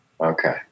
Okay